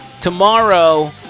tomorrow